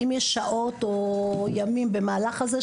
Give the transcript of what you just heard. האם יש שעות או ימים במהלך הזה,